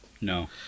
No